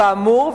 כאמור,